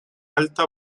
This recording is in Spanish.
alta